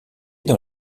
dans